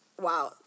Wow